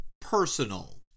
personal